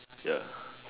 ya